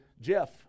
Jeff